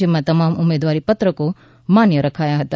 જેમા તમામ ઉમેદવારી પત્રકો માન્ય રખાયા હતા